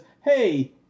hey